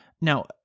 now